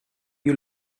you